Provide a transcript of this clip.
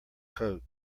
coat